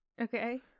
Okay